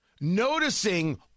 Noticing